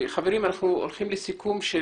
חברים, אנחנו הולכים לסיכום הדיון.